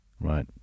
right